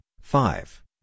five